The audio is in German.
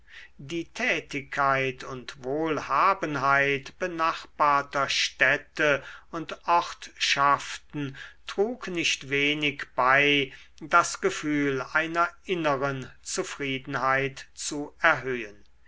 die tätigkeit und wohlhabenheit benachbarter städte und ortschaften trug nicht wenig bei das gefühl einer inneren zufriedenheit zu erhöhen